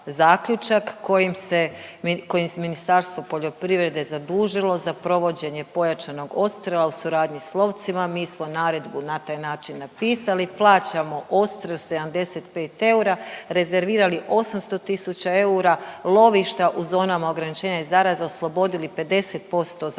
kojim Ministarstvo poljoprivrede zadužilo za provođenje pojačanog odstrela u suradnji s lovcima. Mi smo naredbu na taj način napisali, plaćamo odstrel 75 eura, rezervirali 800 tisuća eura lovišta u zonama ograničenja zaraze, oslobodili 50% zakupnine,